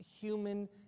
human